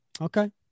okay